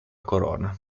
corona